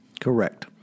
Correct